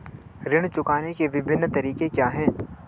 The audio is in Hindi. ऋण चुकाने के विभिन्न तरीके क्या हैं?